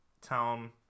town